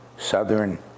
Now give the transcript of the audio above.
Southern